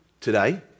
today